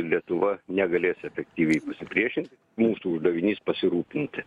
lietuva negalės efektyviai pasipriešint mūsų uždavinys pasirūpinti